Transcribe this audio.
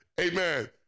amen